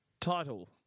Title